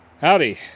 Howdy